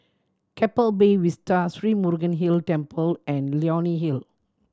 Keppel Bay Vista Sri Murugan Hill Temple and Leonie Hill